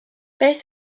beth